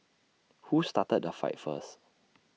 who started the fight first